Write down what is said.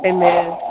Amen